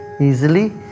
easily